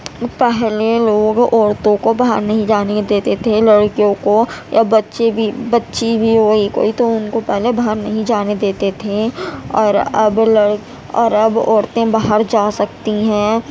پہلے لوگ عورتوں کو باہر نہیں جانے دیتے تھے لڑکیوں کو یا بچے بھی بچی بھی ہوئی کوئی تو ان کو پہلے باہر نہیں جانے دیتے تھے اور اب اور اب عورتیں باہر جا سکتی ہیں